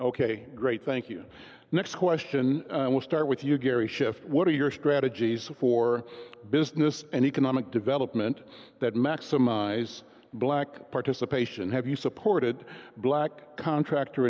ok great thank you next question we'll start with you gary schiff what are your strategies for business and economic development that maximize black participation have you supported black contractor